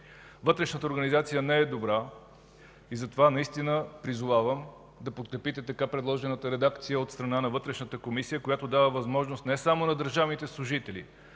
Вътрешната организация не е добра и затова наистина призовавам да подкрепите така предложената редакция от страна на Вътрешната комисия, която дава възможност не само на държавните служители,